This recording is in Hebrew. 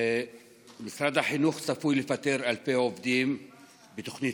משרד החינוך צפוי לפטר אלפי עובדים בתוכנית